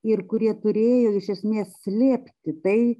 ir kurie turėjo iš esmės slėpti tai